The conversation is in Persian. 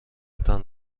تان